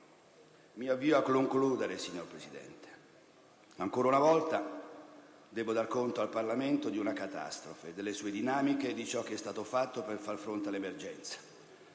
Mi avvio a concludere, signor Presidente. Ancora una volta debbo dar conto al Parlamento di una catastrofe, delle sue dinamiche e di ciò che è stato fatto per far fronte all'emergenza.